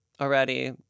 already